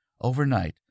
overnight